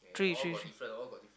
three three three